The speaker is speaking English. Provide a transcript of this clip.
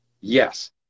yes